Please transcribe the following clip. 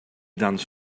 dance